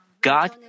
God